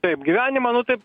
taip gyvenimą nu taip